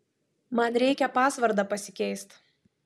man reikia pasvordą pasikeist